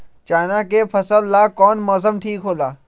चाना के फसल ला कौन मौसम ठीक होला?